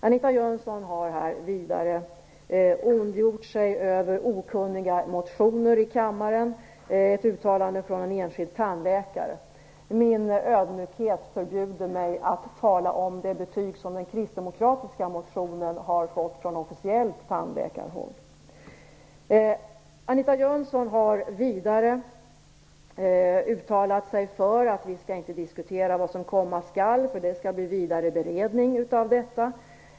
Anita Jönsson har ondgjort sig över motioner som visar på okunnighet hos motionärerna, något som går tillbaka på ett uttalande från en enskild tandläkare. Min ödmjukhet förbjuder mig att tala om det betyg som den kristdemokratiska motionen har fått från officiellt tandläkarhåll. Anita Jönsson har också uttalat sig för att vi inte skall diskutera vad som komma skall, eftersom det skall bli vidare beredning av ärendet.